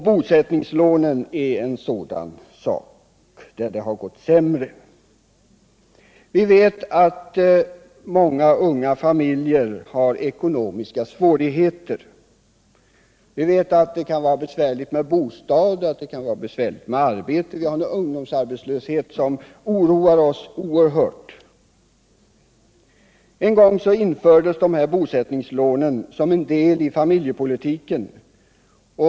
Bosättningslånen är en sådan fråga där det har gått sämre. Vi vet att många unga familjer har ekonomiska svårigheter. Vi vet att det kan vara besvärligt med bostad och att det kan vara besvärligt med arbete. Vi har en ungdomsarbetslöshet som oroar oss oerhört. En gång infördes bosättningslånen som en del av familjepolitiken.